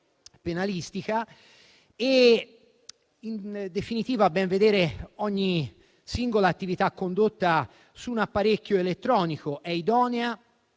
penalistica. In definitiva, a ben vedere, ogni singola attività condotta su un apparecchio elettronico è ormai